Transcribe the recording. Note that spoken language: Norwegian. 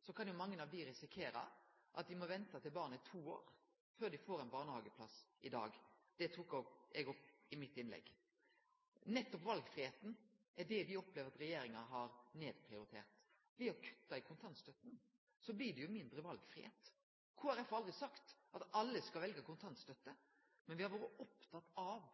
så kan ein risikere at mange av dei må vente til dei er to år før dei får ein barnehageplass i dag. Det tok eg opp i mitt innlegg. Nettopp valfridomen er det me opplever at regjeringa har nedprioritert. Ved å kutte i kontantstønaden blir det mindre valfridom. Kristeleg Folkeparti har aldri sagt at alle skal velje kontantstønad, men me har vore opptekne av